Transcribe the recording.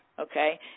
okay